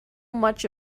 much